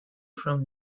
from